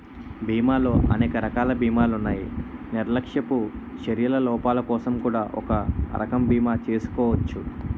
బీమాలో అనేక రకాల బీమాలున్నాయి నిర్లక్ష్యపు చర్యల లోపాలకోసం కూడా ఒక రకం బీమా చేసుకోచ్చు